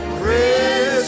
Christmas